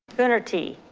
coonerty.